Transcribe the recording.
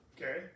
Okay